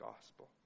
gospel